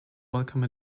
welcome